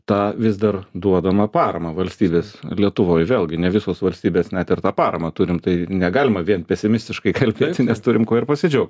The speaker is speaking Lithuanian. tą vis dar duodamą paramą valstybės lietuvoj vėlgi ne visos valstybės net ir tą paramą turim tai negalima vien pesimistiškai kalbėti nes turim kuo ir pasidžiaugt